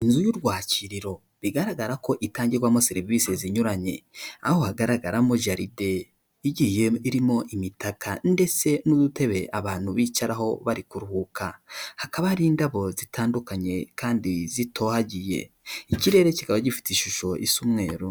Inzu y'urwakiririro bigaragara ko itangirwamo serivisi zinyuranye aho hagaragaramo jalide igiye irimo imitaka ndetse n'udutebe abantu bicaraho bari kuruhuka, hakaba hari indabo zitandukanye kandi zitohagiye ikirere kikaba gifite ishusho isa umweru.